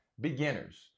beginners